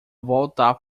voltar